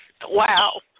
Wow